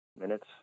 minutes